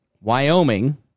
Wyoming